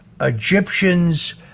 Egyptians